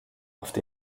oft